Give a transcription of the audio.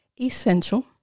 essential